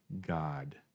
God